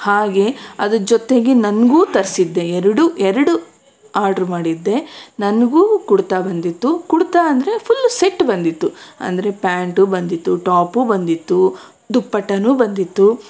ಹಾಗೆ ಅದು ಜೊತೆಗೆ ನನಗೂ ತರಿಸಿದ್ದೆ ಎರಡು ಎರಡು ಆರ್ಡ್ರ್ ಮಾಡಿದ್ದೆ ನನಗೂ ಕುಡ್ತಾ ಬಂದಿತ್ತು ಕುಡ್ತಾ ಅಂದರೆ ಫುಲ್ ಸೆಟ್ ಬಂದಿತ್ತು ಅಂದರೆ ಪ್ಯಾಂಟು ಬಂದಿತ್ತು ಟಾಪು ಬಂದಿತ್ತು ದುಪ್ಪಟ್ಟನೂ ಬಂದಿತ್ತು